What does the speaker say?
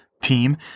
team